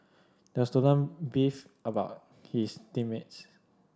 the student beefed about his team mates